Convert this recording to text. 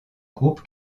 groupe